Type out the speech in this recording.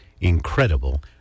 incredible